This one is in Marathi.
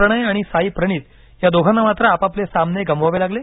प्रणय आणि साई प्रनीथ या दोघांना मात्र आपापले सामने गमवावे लागले